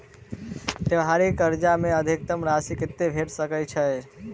त्योहारी कर्जा मे अधिकतम राशि कत्ते भेट सकय छई?